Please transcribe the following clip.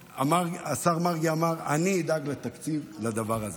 והשר מרגי אמר: אני אדאג לתקציב לדבר הזה.